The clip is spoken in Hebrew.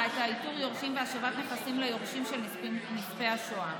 הייתה איתור יורשים והשבת נכסים ליורשים של נספי השואה.